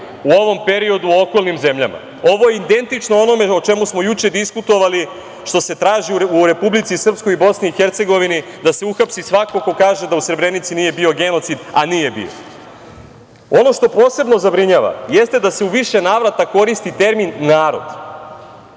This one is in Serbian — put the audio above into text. u ovom periodu u okolnim zemljama. Ovo je identično onome o čemu smo juče diskutovali što se traži u Republici Srpskoj i BiH, da se uhapsi svako ko kaže da u Srebrenici nije bio genocid, a nije bio. Ono što posebno zabrinjava, jeste da se u više navrata koristi termin „narod“,